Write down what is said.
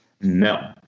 No